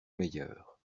meilleur